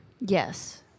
Yes